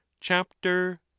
Chapter